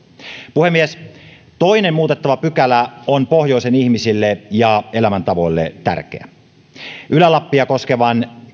puhemies toinen muutettava pykälä on pohjoisen ihmisille ja elämäntavoille tärkeä ylä lappia koskevan